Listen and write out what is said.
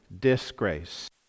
disgrace